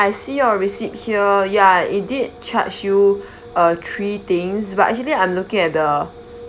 I see your receipt here ya it did charge you uh three things but actually I'm looking at the